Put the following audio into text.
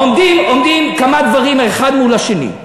עומדים כמה דברים האחד מול השני: